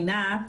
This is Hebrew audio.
עינת.